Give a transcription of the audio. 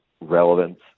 relevance